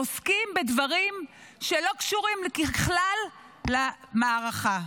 עוסקים בדברים שלא קשורים ככלל למערכה.